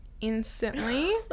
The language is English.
instantly